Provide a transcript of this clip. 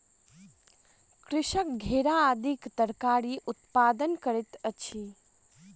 कृषक घेरा आदि तरकारीक उत्पादन करैत अछि